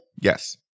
Yes